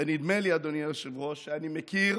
ונדמה לי, אדוני היושב-ראש, שאני מכיר